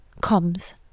comms